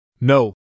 No